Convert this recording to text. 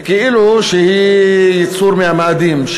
כאילו היא יצור מהמאדים,